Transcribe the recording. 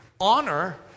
honor